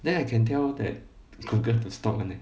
then I can tell that google to stop [one] eh